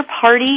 party